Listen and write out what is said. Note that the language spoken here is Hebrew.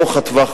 ארוך-הטווח,